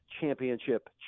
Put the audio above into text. championship